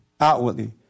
outwardly